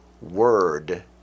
word